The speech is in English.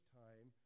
time